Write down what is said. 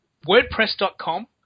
WordPress.com